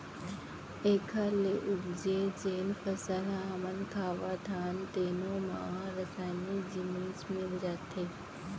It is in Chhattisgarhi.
एखर ले उपजे जेन फसल ल हमन खावत हन तेनो म रसइनिक जिनिस मिल जाथे